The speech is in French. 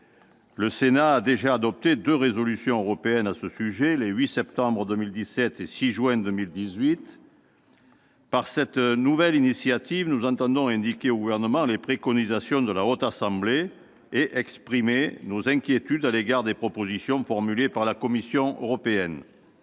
Le Sénat a déjà adopté deux résolutions européennes à ce sujet, les 8 septembre 2017 et 6 juin 2018. Par cette nouvelle initiative, nous entendons indiquer au Gouvernement les préconisations de la Haute Assemblée et exprimer nos inquiétudes à l'égard des propositions formulées par la Commission européenne.